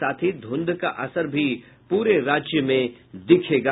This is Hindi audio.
साथ ही धुंध का असर पर भी पूरे राज्य में दिखेगा